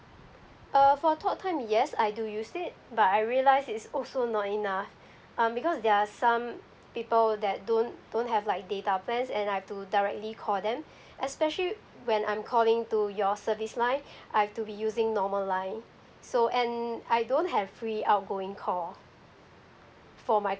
uh for talk time yes I do use it but I realise it's also not enough um because there are some people that don't don't have like data plans and I've to directly call them especially when I'm calling to your service line I've to be using normal line so and I don't have free outgoing call for my